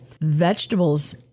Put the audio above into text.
vegetables